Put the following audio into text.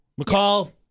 McCall